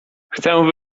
chcę